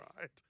Right